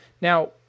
Now